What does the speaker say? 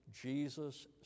Jesus